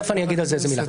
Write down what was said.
תכף אני אומר על זה מילה.